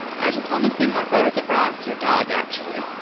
i just wanna see more photos of ross, your dog, actually.